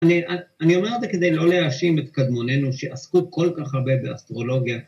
אני אומר את זה כדי לא להאשים את קדמוננו שעסקו כל כך הרבה באסטרולוגיה.